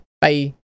Bye